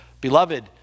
Beloved